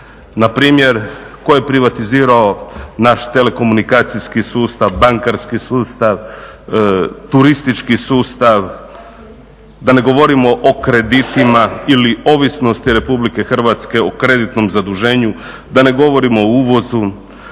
Npr. tko je privatizirao naš telekomunikacijski sustav, bankarski sustav, turistički sustav, da ne govorimo o kreditima ili ovisnosti Republike Hrvatske o kreditnom zaduženju, da ne govorimo o uvozu,